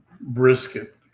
brisket